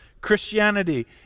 Christianity